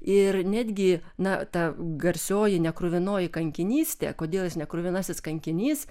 ir netgi na ta garsioji nekruvinoji kankinystė kodėl jis nekruvinasis kankinys